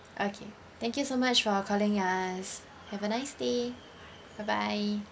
okay thank you so much for calling us have a nice day bye bye